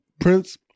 Prince